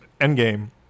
Endgame